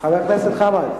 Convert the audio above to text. חבר הכנסת חמד.